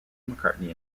mccartney